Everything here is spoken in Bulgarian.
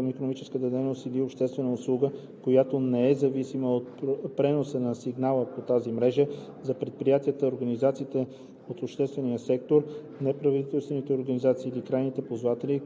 към икономическа дейност или обществена услуга, която не е зависима от преноса на сигнали по тези мрежи, за предприятията, организациите от обществения сектор, неправителствените организации или крайните ползватели,